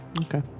Okay